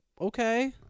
okay